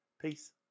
Peace